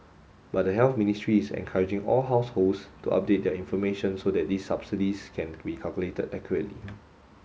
but the Health Ministry is encouraging all households to update their information so that these subsidies can be calculated accurately